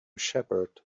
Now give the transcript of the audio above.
shepherd